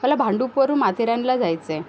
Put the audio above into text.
मला भांडुपवरून माथेरानला जायचं आहे